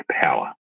Power